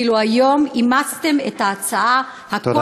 ואילו היום אימצתם את ההצעה, תודה.